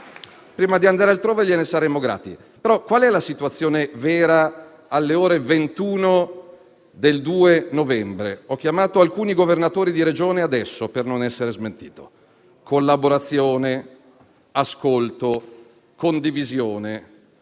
prima di andare altrove, gliene saremmo grati. Qual è, però, la situazione vera alle ore 21 del 2 novembre? Ho chiamato alcuni governatori di Regione adesso, per non essere smentito. Collaborazione, ascolto, condivisione.